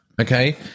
Okay